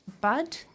bud